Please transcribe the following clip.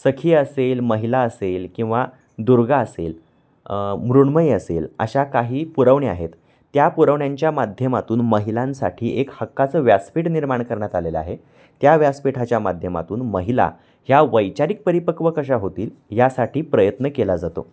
सखी असेल महिला असेल किंवा दुर्गा असेल मृण्मयी असेल अशा काही पुरवण्या आहेत त्या पुरवण्यांच्या माध्यमातून महिलांसाठी एक हक्काचं व्यासपीठ निर्माण करण्यात आलेलं आहे त्या व्यासपीठाच्या माध्यमातून महिला ह्या वैचारिक परिपक्व कशा होतील यासाठी प्रयत्न केला जातो